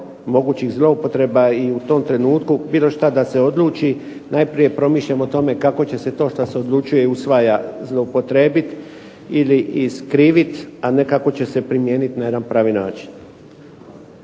mogućih zloupotreba i u tom trenutku bilo što da se odluči najprije promišljamo o tome kako će se to što se usvaja zloupotrijebiti ili iskriviti, a ne kako će se primijeniti na jedan pravi način.